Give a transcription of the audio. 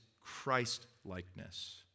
Christlikeness